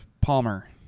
Palmer